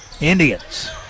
Indians